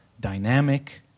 dynamic